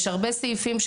יש הרבה סעיפים,